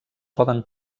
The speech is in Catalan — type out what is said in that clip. poden